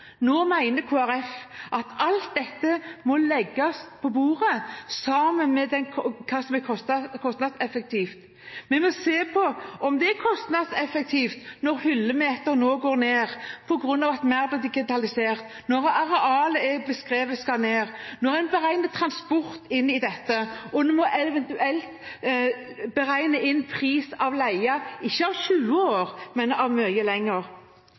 Nå mener Kristelig Folkeparti at alt dette må legges på bordet, sammen med hva som er kostnadseffektivt. Vi må se på om det er kostnadseffektivt når antall hyllemetere nå går ned på grunn av mer digitalisering, når arealet som er beskrevet, skal ned, når en beregner transport inn i dette, og en må eventuelt beregne inn pris for leie – ikke for 20 år, men for mye